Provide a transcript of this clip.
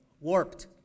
warped